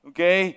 Okay